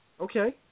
Okay